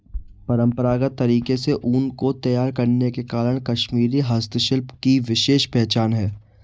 परम्परागत तरीके से ऊन को तैयार करने के कारण कश्मीरी हस्तशिल्प की विशेष पहचान है